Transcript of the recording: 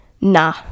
nah